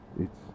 it's-